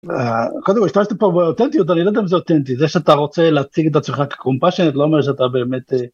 קודם כל, השתמשת פה באותנטיות, אני לא יודע אם זה אותנטי. זה שאתה רוצה להציג את עצמך כcompassionate לא אומר שאתה באמת...